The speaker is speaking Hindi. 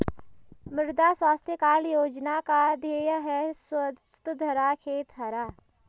मृदा स्वास्थ्य कार्ड योजना का ध्येय है स्वस्थ धरा, खेत हरा